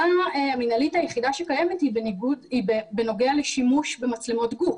המינהלית היחידה שקיימת היא בנוגע לשימוש במצלמות גוף.